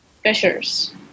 Fishers